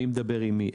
מי מדבר עם מי?